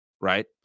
right